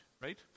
right